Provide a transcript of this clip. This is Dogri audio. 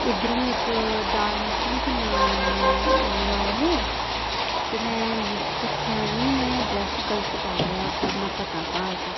इद्धरुं इक दाल मक्खनी ते नान मंगवाए हे ते में दिक्खेआ नी में अड्रैस गलत पाऊ उड़ेआ उत्थें अपना पता घर दा